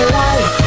life